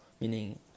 meaning